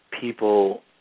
people